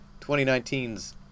2019's